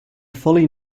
fully